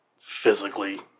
physically